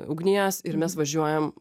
ugnies ir mes važiuojam